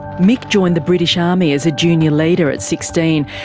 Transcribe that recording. mick joined the british army as a junior leader at sixteen,